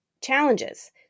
challenges